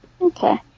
Okay